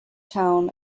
town